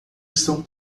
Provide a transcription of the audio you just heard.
estão